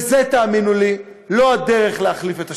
וזו, תאמינו לי, לא הדרך להחליף את השלטון.